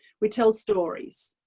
we tell stories.